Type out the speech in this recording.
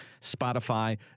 Spotify